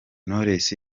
knowless